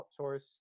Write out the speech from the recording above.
outsource